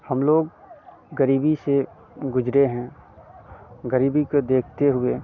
हम लोग गरीबी से गुज़रे हैं गरीबी को देखते हुए